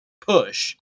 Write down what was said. push